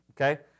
okay